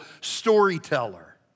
storyteller